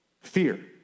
Fear